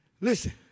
Listen